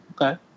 Okay